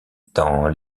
dans